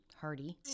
Hearty